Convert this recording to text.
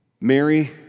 Mary